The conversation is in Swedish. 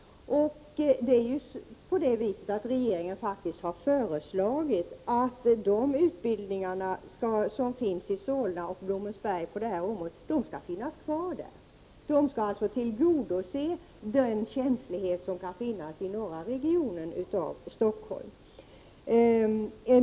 Regeringen har faktiskt föreslagit att de utbildningar som finns i Solna och Blommensberg skall finnas kvar där. De skall tillgodose den känslighet som kan finnas i norra delen av Stockholmsregionen.